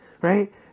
right